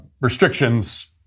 restrictions